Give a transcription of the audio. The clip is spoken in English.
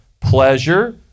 pleasure